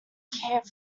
care